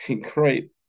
great